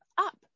up